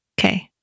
Okay